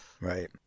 right